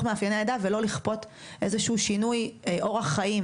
מאפייני העדה ולא לכפות איזה שהוא שינוי אורח חיים,